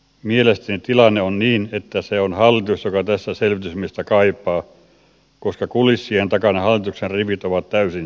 mielestäni tilanne on niin että se on hallitus joka tässä selvitysmiestä kaipaa koska kulissien takana hallituksen rivit ovat täysin sekaisin